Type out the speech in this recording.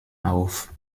auf